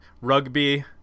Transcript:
Rugby